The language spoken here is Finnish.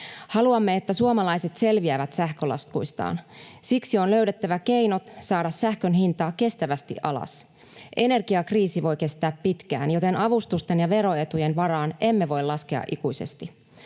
Haluamme, että suomalaiset selviävät sähkölaskuistaan. Siksi on löydettävä keinot saada sähkön hintaa kestävästi alas. Energiakriisi voi kestää pitkään, joten avustusten ja veroetujen varaan emme voi laskea ikuisesti.